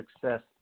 success